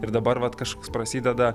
ir dabar vat kažkoks prasideda